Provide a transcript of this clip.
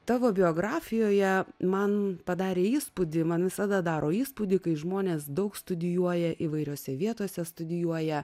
tavo biografijoje man padarė įspūdį man visada daro įspūdį kai žmonės daug studijuoja įvairiose vietose studijuoja